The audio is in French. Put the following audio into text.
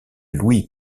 louis